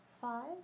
Five